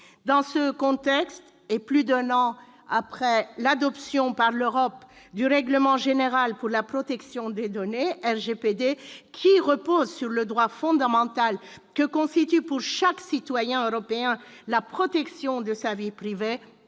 Dans ce contexte, et plus d'un an après l'adoption par l'Europe du règlement général pour la protection des données, RGPD, qui repose sur le droit fondamental que constitue, pour chaque citoyen européen, la protection de sa vie privée